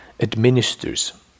administers